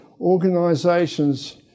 organisations